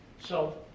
so,